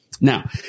Now